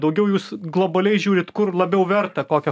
daugiau jūs globaliai žiūrit kur labiau verta kokią